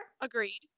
agreed